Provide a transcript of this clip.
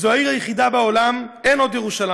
זו העיר היחידה בעולם, אין עוד ירושלים.